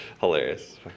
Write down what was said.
hilarious